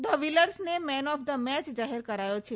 દ વિલેર્સને man of the match જાહેર કરાયો છે